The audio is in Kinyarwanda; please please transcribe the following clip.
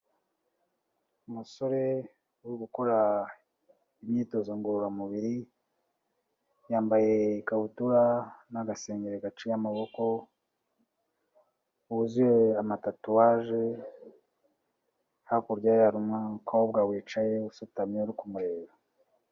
Umusore uri gukora imyitozo ngororamubiri, yambaye ikabutura n'agasengeri gaciye amaboko, wuzuye ama tatuwaje, hakurya ye hari umukobwa wicaye usutamye ari kumureba.